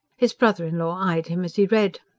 his brother-in-law eyed him as he read.